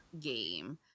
game